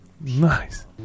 Nice